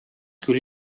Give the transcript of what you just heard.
küll